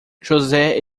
josé